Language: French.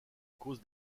cause